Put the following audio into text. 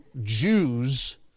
Jews